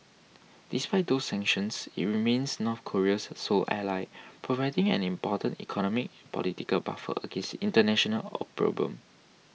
despite those sanctions it remains North Korea's sole ally providing an important economic political buffer against international opprobrium